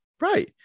Right